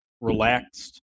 relaxed